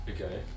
Okay